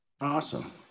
Awesome